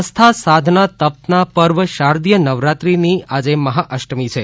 આસ્થા સાધના તપના પર્વ શારદીય નવરાત્રીની આજે મહાઅષ્ટમી છે